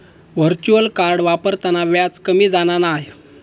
virtual card वापरताना व्याज कमी जाणा नाय